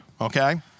okay